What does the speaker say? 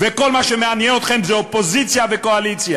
וכל מה שמעניין אתכם זה אופוזיציה וקואליציה.